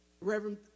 Reverend